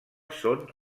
són